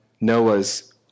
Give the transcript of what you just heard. noah's